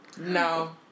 no